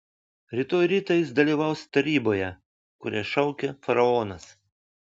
rytoj rytą jis dalyvaus taryboje kurią šaukia faraonas